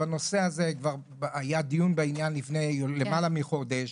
בנושא הזה כבר היה דיון בעניין לפני למעלה מחודש